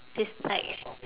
it's like